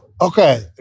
Okay